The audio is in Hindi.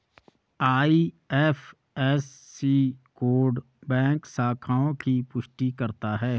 आई.एफ.एस.सी कोड बैंक शाखाओं की पुष्टि करता है